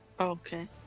Okay